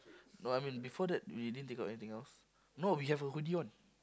no I mean before that we didn't take out anything else no we have a hoodie on